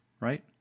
right